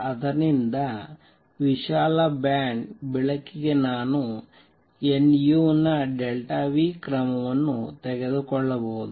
ಆದ್ದರಿಂದ ವಿಶಾಲ ಬ್ಯಾಂಡ್ ಬೆಳಕಿಗೆ ನಾನು nu ನ ಕ್ರಮವನ್ನು ತೆಗೆದುಕೊಳ್ಳಬಹುದು